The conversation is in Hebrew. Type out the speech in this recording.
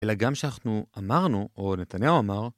אלא גם שאנחנו אמרנו, או נתניהו אמר...